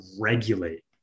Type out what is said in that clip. regulate